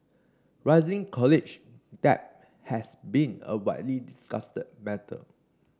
rising college debt has been a widely discussed matter